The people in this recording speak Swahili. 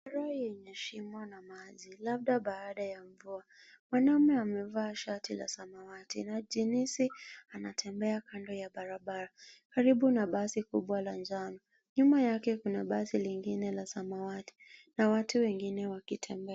Barabara yenye shimo na maji, labda baada ya mvua. Mwanaume amevaa shati la samawati na jeans , anatembea kando na barabara, karibu na basi kubwa la njano. Nyuma yake kuna basi lingine la samawati na watu wengine wakitembea.